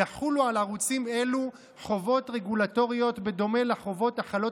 יחולו על ערוצים אלו חובות רגולטוריות בדומה לחובות החלות